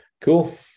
cool